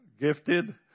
gifted